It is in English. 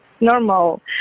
normal